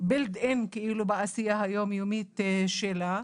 built-in בעשייה היום יומית שלה.